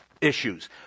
issues